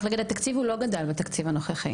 רק נגיד, התקציב לא גדל בתקציב הנוכחי.